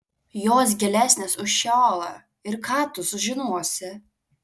jos gilesnės už šeolą ir ką tu sužinosi